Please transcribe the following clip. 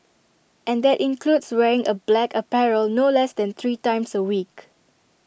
and that includes wearing A black apparel no less than three times A week